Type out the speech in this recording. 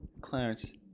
Clarence